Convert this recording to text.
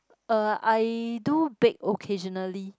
uh I do bake occasionally